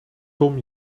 tom